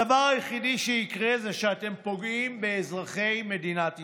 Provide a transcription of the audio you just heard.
הדבר היחידי שיקרה זה שאתם פוגעים באזרחי מדינת ישראל.